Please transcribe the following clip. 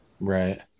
Right